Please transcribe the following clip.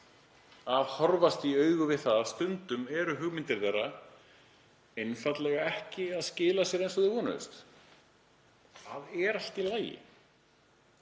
að horfast í augu við það að stundum eru hugmyndir þeirra einfaldlega ekki að skila sér eins og þau vonuðust til. Það er allt í lagi.